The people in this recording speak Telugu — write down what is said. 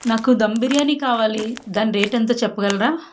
నాకు దమ్ బిర్యానీ కావాలి దాని రేట్ ఎంతో చెప్పగలరా